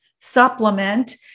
supplement